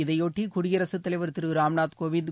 இதையொட்டி குடியரசுத் தலைவர் திரு ராம்நாத் கோவிந்த்